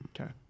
Okay